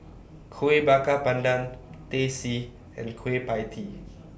Kuih Bakar Pandan Teh C and Kueh PIE Tee